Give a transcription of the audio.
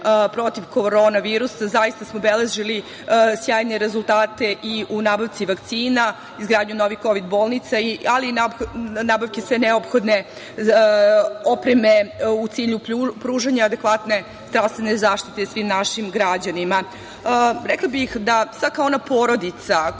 protiv korona virusa. Zaista smo beležili sjajne rezultate i u nabavci vakcina, izgradnju novih kovid bolnica, ali i nabavke sve neophodne opreme u cilju pružanja adekvatne zdravstvene zaštite svim našim građanima. Rekla bih da svaka ona porodica koja se